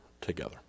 together